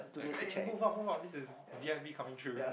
eh move out move out this is V_I_P coming through